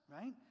right